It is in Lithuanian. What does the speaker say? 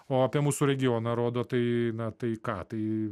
o apie mūsų regioną rodo tai na tai ką tai